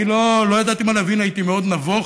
אני לא ידעתי מה להבין, הייתי מאוד נבוך.